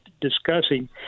discussing